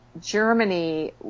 Germany